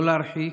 לא להרחיק,